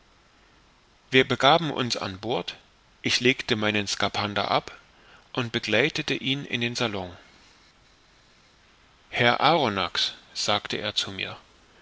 wir begaben uns an bord ich legte meinen skaphander ab und begleitete ihn in den salon herr arronax sagte er zu mir